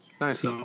Nice